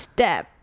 Step